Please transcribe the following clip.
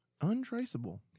Untraceable